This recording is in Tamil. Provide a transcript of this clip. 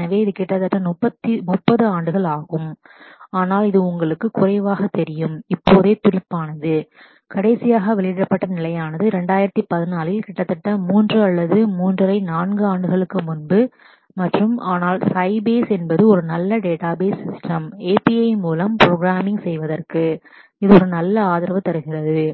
எனவே இது கிட்டத்தட்ட 30 ஆண்டுகள் ஆகும் ஆனால் இது உங்களுக்கு குறைவாகவே தெரியும் கடைசியாக வெளியிடப்பட்ட நிலையானது 2014 இல் கிட்டத்தட்ட 3 மற்றும் அரை அல்லது 4 ஆண்டுகளுக்கு முன்பு மற்றும் ஆனால் சைபேஸ் என்பது ஒரு நல்ல டேட்டாபேஸ் ஸிஸ்டெம்ஸ் API மூலம் ப்ரோக்ராம்மிங் செய்வதற்கு நல்ல ஆதரவு உள்ளது